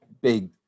big